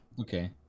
okay